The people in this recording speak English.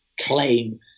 claim